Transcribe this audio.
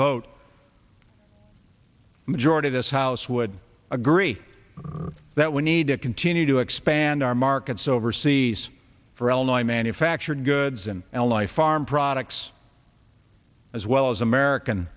vote majority this house would agree that we need to continue to expand our markets overseas for all my manufactured goods and l i farm products as well as american